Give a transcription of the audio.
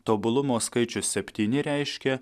tobulumo skaičius septyni reiškia